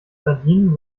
sardinen